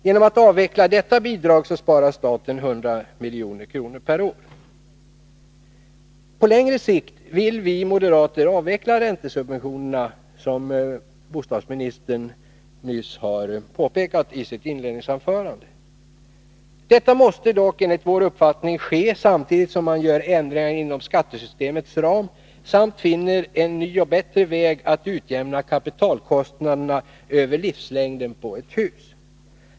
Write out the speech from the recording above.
Genom ett avvecklande av detta bidrag sparar staten ca 100 milj.kr. per ar. På längre sikt vill vi moderater avveckla räntesubventionerna, som bostadsministern nyss har påpekat i sitt inledningsanförande. Detta måste dock enligt min mening ske samtidigt som man gör ändringar inom skattesystemets ram samt finner en ny och bättre väg att utjämna kapitalkostnaderna över livslängden på ett hus.